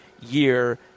year